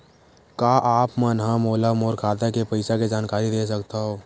का आप मन ह मोला मोर खाता के पईसा के जानकारी दे सकथव?